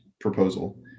proposal